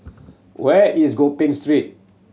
where is Gopeng Street